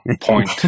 point